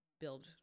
build